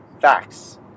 facts